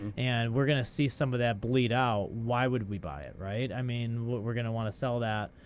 and we're going to see some of that bleed out, why would we buy it, right? i mean we're going to want to sell that.